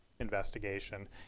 investigation